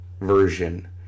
version